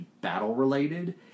battle-related